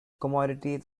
commodities